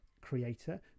creator